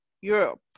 Europe